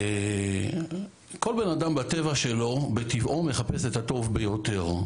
כל בן אדם בטבעו מחפש את הטוב ביותר.